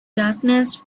darkness